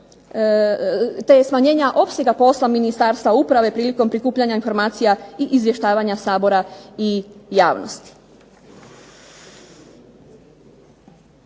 te smanjenja opsega posla Ministarstva uprave prilikom prikupljanja informacija i izvještavanja Sabora i javnosti.